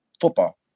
football